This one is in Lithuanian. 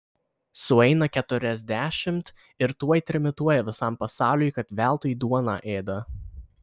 sueina keturiasdešimt ir tuoj trimituoja visam pasauliui kad veltui duoną ėda